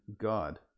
God